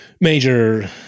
Major